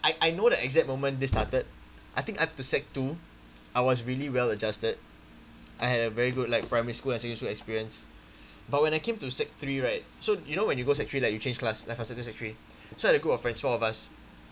I I know the exact moment this started I think up to sec two I was really well-adjusted I had a very good like primary school and secondary school experience but when I came to sec three right so you know when you go sec three like you change class like from sec two sec three so I had a group of friends four of us